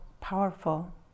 powerful